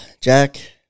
Jack